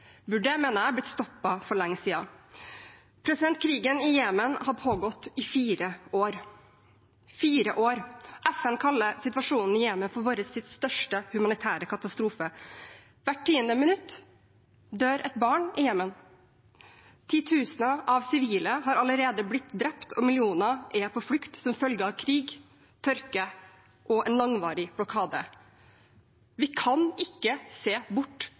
mener jeg, blitt stoppet for lenge siden. Krigen i Jemen har pågått i fire år – fire år! FN kaller situasjonen i Jemen for vår tids største humanitære katastrofe. Hvert tiende minutt dør et barn i Jemen. Titusener av sivile har allerede blitt drept, og millioner er på flukt som følge av krig, tørke og en langvarig blokade. Vi kan ikke se bort,